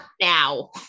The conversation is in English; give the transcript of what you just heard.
now